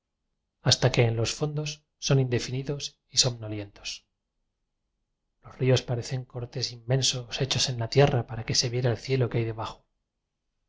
hasta que en los fon dos son indefinidos y somñolientos los ríos parecen cortes inmensos hechos en la tierra para que se viera el cielo que hay de